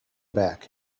back